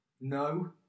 No